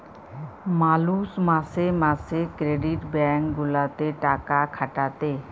মালুষ মাসে মাসে ক্রেডিট ব্যাঙ্ক গুলাতে টাকা খাটাতে